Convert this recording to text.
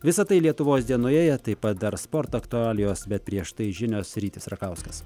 visa tai lietuvos dienoje taip pat dar sporto aktualijos bet prieš tai žinios rytis rakauskas